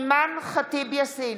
אינו נוכח אימאן ח'טיב יאסין,